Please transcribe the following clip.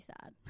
sad